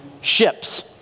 ships